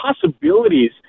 possibilities